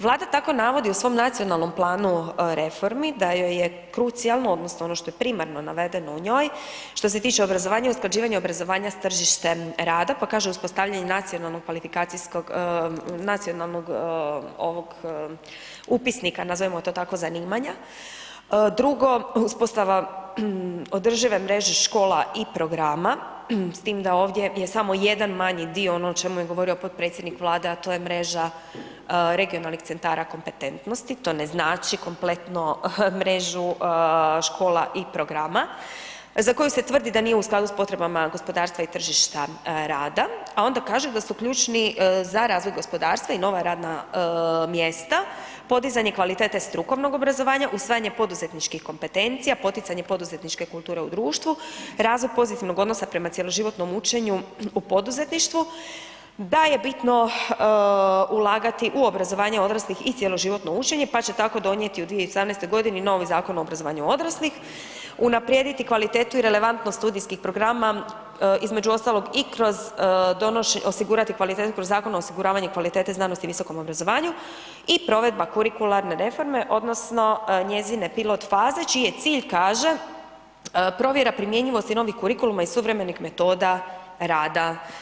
Vlada tako navodi u svom Nacionalnom planu reformi da joj je krucijalno odnosno ono što je primarno navedeno u njoj što se tiče obrazovanja i usklađivanja obrazovanja s tržištem rada, pa kaže uspostavljanje nacionalnog kvalifikacijskog, nacionalnog ovog upisnika nazovimo to tako zanimanja, drugo uspostava održive mreže škola i programa, s tim da ovdje je samo jedan manji dio ono o čemu je govorio potpredsjednik Vlade, a to je mreža regionalnih centara kompetentnosti, to ne znači kompletno mrežu škola i programa, za koju se tvrdi da nije u skladu s potreba gospodarstva i tržišta rada, a onda kaže da su ključni za razvoj gospodarstva i nova radna mjesta, podizanje kvalitete strukovnog obrazovanja, usvajanje poduzetničkih kompetencija, poticanje poduzetničke kulture u društvu, razvoj pozitivnog odnosa prema cjeloživotnom učenju u poduzetništvu, da je bitno ulagati u obrazovanje odraslih i cjeloživotno učenje pa će tako donijeti u 2018. godini novi Zakon o obrazovanju odraslih, unaprijediti kvalitetu i relevantnost studijskih programa između ostalog i kroz, osigurati kvalitetu kroz Zakon o osiguravanju kvalitete znanosti i visokom obrazovanju i provedba kurikularne reforme odnosno njezine pilot faze čiji je cilj kaže provjera primjenjivosti novih kurikuluma i suvremenih metoda rada.